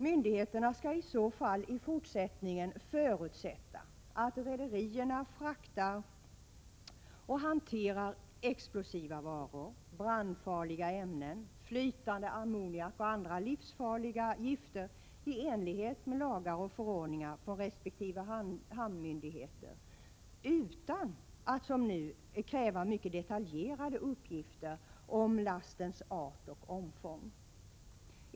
Myndigheterna skall i så fall i fortsättningen förutsätta att rederierna fraktar och hanterar explosiva varor, brandfarliga ämnen, flytande ammoniak och andra livsfarliga gifter i enlighet med lagar och förordningar från resp. hamnmyndigheter utan att som nu kräva mycket detaljerade uppgifter om lastens art och omfång.